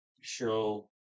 show